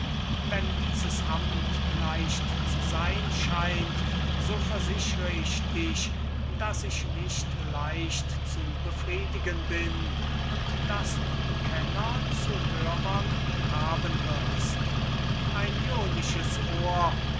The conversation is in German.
wenn dieses amt leicht zu sein scheint so versichre ich dich daß ich nicht leicht zu befriedigen bin und daß du kenner zu hörern haben wirst ein jonisches ohr